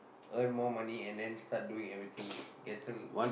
earn more money and then start doing everything